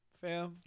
fam